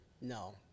No